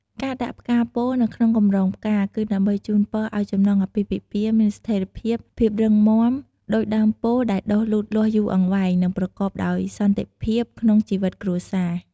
ការដាក់ផ្កាពោធិ៍ នៅក្នុងកម្រងផ្កា គឺដើម្បីជូនពរឱ្យចំណងអាពាហ៍ពិពពាហ៍មាន ស្ថេរភាព ភាពរឹងមាំ ដូចដើមពោធិ៍ដែលដុះលូតលាស់យូរអង្វែង និងប្រកបដោយ សន្តិភាព ក្នុងជីវិតគ្រួសារ។